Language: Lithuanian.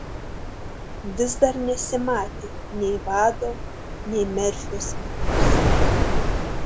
vis dar nesimatė nei vado nei merfio skyriaus